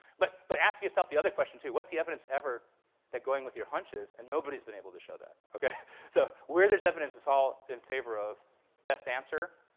but but ask yourself the other question, too. what's the evidence ever that going with your hunches? and nobody's been able to show that. so where there's evidence, it's all in favor of best answer.